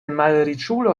malriĉulo